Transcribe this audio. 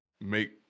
make